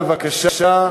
הצבעה, בבקשה.